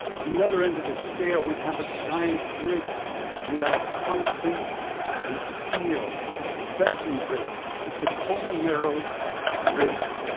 on the other end of this scale, we have a giant bridge made out of concrete and steel, a suspension bridge, the tacoma narrows bridge.